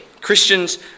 Christians